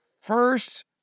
first